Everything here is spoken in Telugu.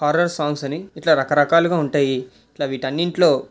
హర్రర్ సాంగ్సని ఇట్ల రకరకాలుంటాయి ఇట్లా వీటన్నింట్లో